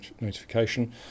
notification